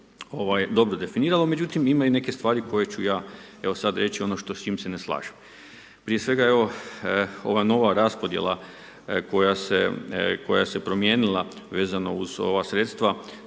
dobro definiralo, međutim ima i neke stvari koje ću ja evo sad reći ono što s čim se ne slažem. Prije svega evo ova nova preraspodjela koja se promijenila vezano uz ova sredstva